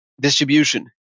distribution